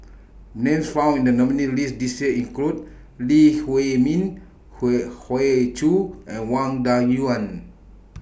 Names found in The nominees' list This Year include Lee Huei Min Hoey Hoey Choo and Wang Dayuan